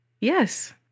Yes